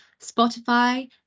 Spotify